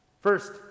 First